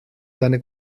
seine